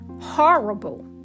horrible